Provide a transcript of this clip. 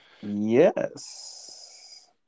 Yes